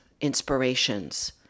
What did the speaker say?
inspirations